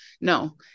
no